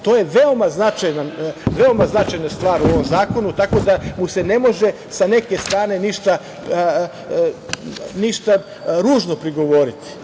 To je veoma značajna stvar u ovom zakonu, tako da mu se ne može sa neke strane ništa ružno prigovoriti.